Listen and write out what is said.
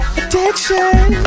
addiction